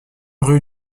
rue